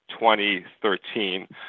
2013